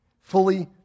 fully